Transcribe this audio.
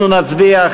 אנחנו נצביע,